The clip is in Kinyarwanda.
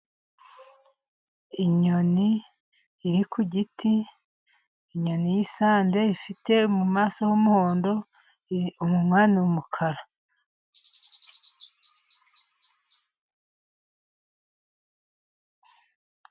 Inyoni iri ku giti, inyoni y'isande ifite mu maso h'umuhondo, umunwa ni umukara.